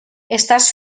estàs